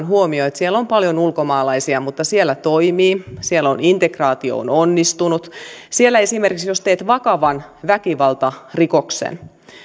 huomioon että siellä on paljon ulkomaalaisia mutta siellä integraatio on on onnistunut jos esimerkiksi teet siellä vakavan väkivaltarikoksen